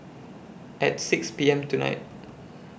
At six P M tonight